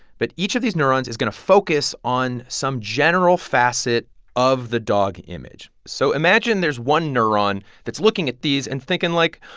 but each of these neurons is going to focus on some general facet of the dog image. so imagine there's one neuron that's looking at these and thinking, like,